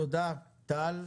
תודה, טל.